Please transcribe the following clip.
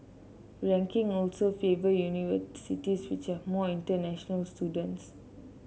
ranking also favour universities which have more international students